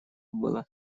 было